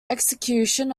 execution